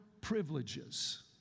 privileges